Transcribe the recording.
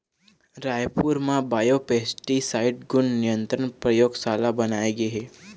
रायपुर म बायोपेस्टिसाइड गुन नियंत्रन परयोगसाला बनाए गे हे